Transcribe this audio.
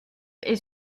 est